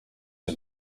and